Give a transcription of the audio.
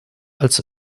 als